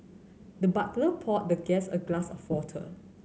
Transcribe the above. the butler poured the guest a glass of water